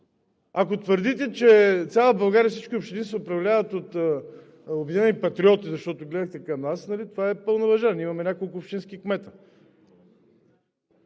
Ако твърдите, че в цяла България всички общини се управляват от „Обединени патриоти“, защото гледате към нас, това е пълна лъжа, ние имаме няколко общински кметове.